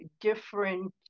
different